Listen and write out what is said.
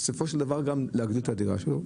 בסופו של דבר, הוא יכול גם להגדיל את הדירה שלו.